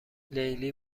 لیلی